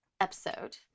episode